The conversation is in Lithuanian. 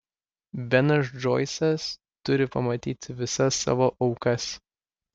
benas džoisas turi pamatyti visas savo aukas